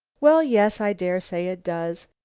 well, yes, i dare say it does.